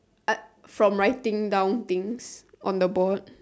uh from writing down things on the board